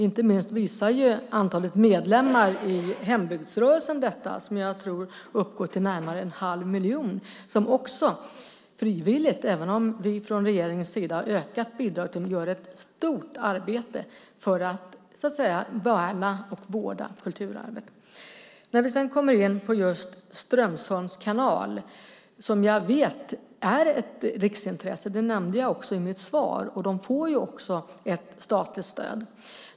Inte minst visar antalet medlemmar i hembygdsrörelsen detta - jag tror att det uppgår till närmare en halv miljon - som också frivilligt, även om vi från regeringens sida har ökat bidraget, gör ett stort arbete för att värna och vårda kulturarvet. Vi kommer sedan in på just Strömsholms kanal, som jag vet är ett riksintresse. Det nämnde jag också i mitt svar. Bolaget får ju också ett statligt stöd.